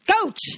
Coach